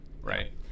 Right